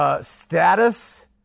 status